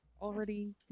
already